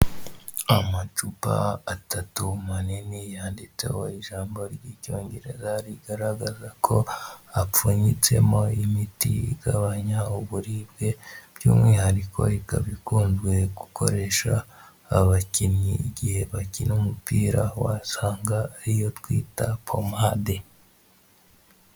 Amacupa atatu manini yanditseho ijambo ry'icyongereza, rigaragaza ko apfunyitsemo imiti igabanya uburibwe, by'umwihariko ikaba ikunzwe gukoresha abakinnyi igihe bakina umupira wasanga ariyo twita pomade.